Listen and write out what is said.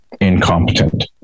incompetent